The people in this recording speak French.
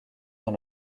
dans